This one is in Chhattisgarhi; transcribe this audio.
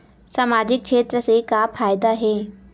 सामजिक क्षेत्र से का फ़ायदा हे?